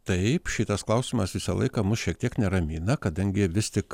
taip šitas klausimas visą laiką mus šiek tiek neramina kadangi vis tik